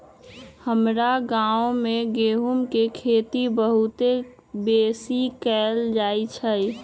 हमर गांव में गेहूम के खेती बहुते बेशी कएल जाइ छइ